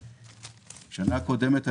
לגבי השנה הקודמת,